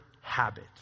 habit